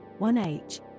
1H